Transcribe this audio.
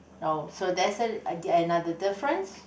oh so that's another different